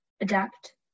Adapt